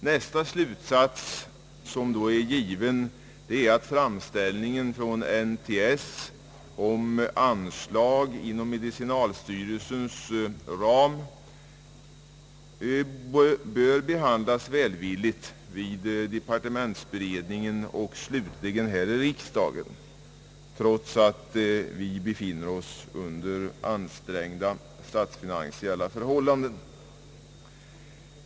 Nästa slutsats är då också given: framställningen från NTS om anslag inom medicinalstyrelsens ram bör behandlas välvilligt vid departementsberedningen och slutligen här i riksdagen, trots det ansträngda statsfinansiella läget.